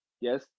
yes